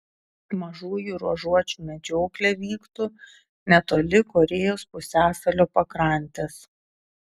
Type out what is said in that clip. mažųjų ruožuočių medžioklė vyktų netoli korėjos pusiasalio pakrantės